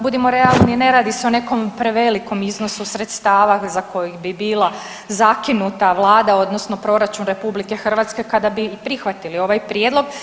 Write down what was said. Budimo realni, ne radi se o nekom prevelikom iznosu sredstava za koji bi bila zakinuta Vlada, odnosno proračun RH kada bi i prihvatili ovaj Prijedlog.